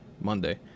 Monday